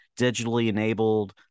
digitally-enabled